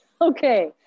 Okay